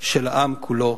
של העם כולו,